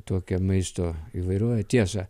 tokią maisto įvairovę tiesa